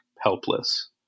helpless